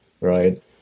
Right